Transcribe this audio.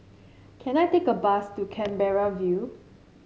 can I take a bus to Canberra View